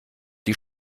die